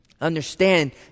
understand